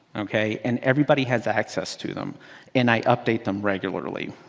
ok? and everybody has access to them and i update them regularly.